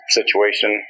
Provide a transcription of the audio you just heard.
situation